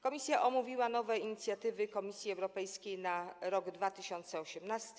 Komisja omówiła nowe inicjatywy Komisji Europejskiej na rok 2018.